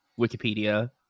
wikipedia